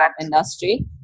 industry